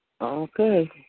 Okay